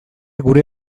gure